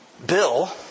bill